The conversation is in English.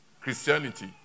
Christianity